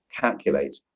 calculate